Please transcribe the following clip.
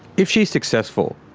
if she's successful,